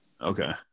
Okay